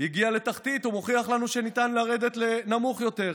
הגיע לתחתית, הוא מוכיח לנו שניתן לרדת נמוך יותר.